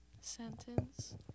sentence